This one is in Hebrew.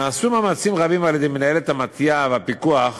נעשו מאמצים רבים על-ידי מנהלת המתי"א והפיקוח